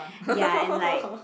ya and like